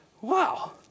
Wow